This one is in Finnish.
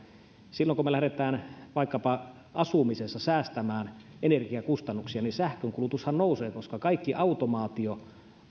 silloin kun me lähdemme vaikkapa asumisessa säästämään energiakustannuksia niin sähkön kulutushan nousee koska kaikki automaatio